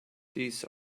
these